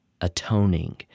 atoning